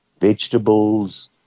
vegetables